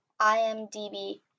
IMDB